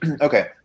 Okay